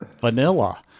vanilla